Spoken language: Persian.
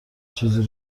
چیزی